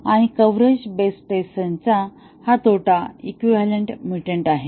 आणि coverage based test संच चा तोटा इक्विवैलन्ट म्युटंट आहे